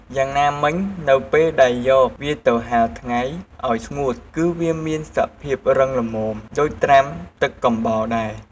យ៉ាងណាមិញ នៅពេលដែលយកវាទៅហាលថ្ងៃឱ្យស្ងួតគឺវាមានសភាពរឹងល្មមដូចត្រាំទឹកកំបោរដែរ។